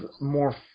more